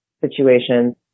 situations